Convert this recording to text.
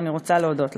ואני רוצה להודות לך.